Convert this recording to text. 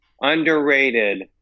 underrated